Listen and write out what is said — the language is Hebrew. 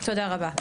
תודה רבה.